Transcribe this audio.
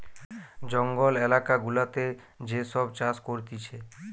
জঙ্গল এলাকা গুলাতে যে সব চাষ করতিছে